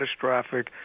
catastrophic